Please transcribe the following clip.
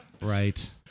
right